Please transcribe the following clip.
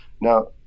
Now